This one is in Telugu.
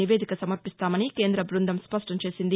నివేదిక సమర్పిస్తామని కేంద్రబృందం స్పష్టం చేసింది